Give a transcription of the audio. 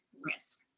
risk